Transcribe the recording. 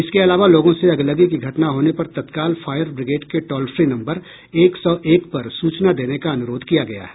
इसके अलावा लोगों से अगलगी की घटना होने पर तत्काल फायरब्रिगेड के टोल फ्री नम्बर एक सौ एक पर सूचना देने का अनुरोध किया गया है